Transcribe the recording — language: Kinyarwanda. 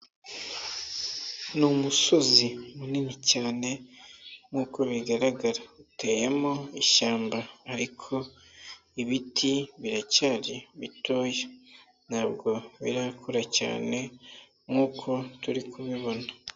Ni umusozi munini cyane nkuko bigaragara. Uteyemo ishyamba ariko ibiti biracyari mitoya. Ntabwo birakura cyane nkuko turi kubibona.